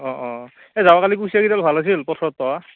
অঁ অঁ এই যাৱা কালি কুচিয়া গিডাল ভাল আছিল পথাৰত পাৱা